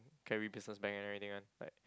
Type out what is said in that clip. carry business bag and everything one like